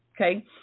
okay